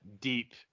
deep